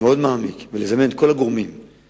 מאוד מעמיק ולזמן את כל הגורמים בעירייה,